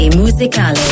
musical